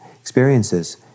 experiences